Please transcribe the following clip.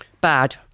Bad